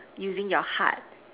using your heart